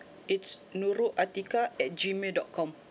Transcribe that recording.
it's nurul atikah at gmail dot com